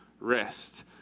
rest